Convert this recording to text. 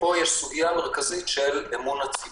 ופה יש סוגיה מרכזית של אמון הציבור.